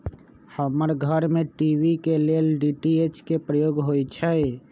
हमर घर में टी.वी के लेल डी.टी.एच के प्रयोग होइ छै